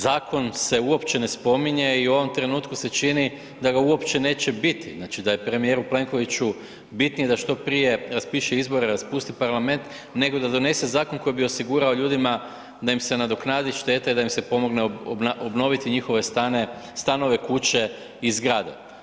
Zakon se uopće ne spominje i u ovom trenutku se čini da ga uopće neće biti, znači da je premijeru Plenkoviću bitnije da što prije raspiše izbore, raspusti parlament nego da donese zakon koji bi osigurao ljudima da im se nadoknadi šteta i da im se pomogne obnoviti njihove stanove, kuće i zgrade.